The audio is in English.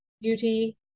beauty